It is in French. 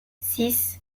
six